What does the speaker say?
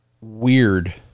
Weird